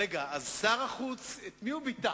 רגע, אז שר החוץ, את מי הוא ביטא?